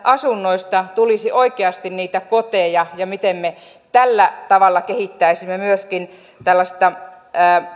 asunnoista tulisi oikeasti koteja ja miten me tällä tavalla kehittäisimme myöskin